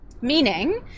Meaning